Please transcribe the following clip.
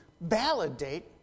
validate